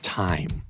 time